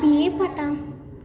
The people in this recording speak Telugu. అది ఏ పాట